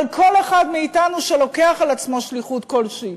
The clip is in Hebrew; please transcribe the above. אבל כל אחד מאתנו שלוקח על עצמו שליחות כלשהי,